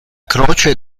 croce